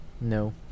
No